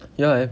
ya